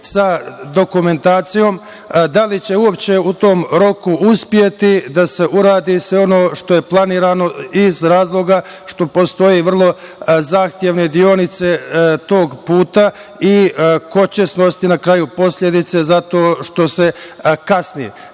sa dokumentacijom, da li će u tom roku uopšte uspeti da se uradi sve ono što je planirano iz razloga što postoje vrlo zahtevne deonice tog puta i ko će snositi na kraju posledice za to što se kasni?